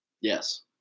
Yes